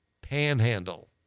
panhandle